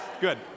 Good